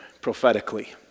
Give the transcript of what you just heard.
prophetically